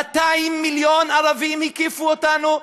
200 מיליון ערבים הקיפו אותנו,